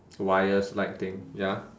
wires like thing ya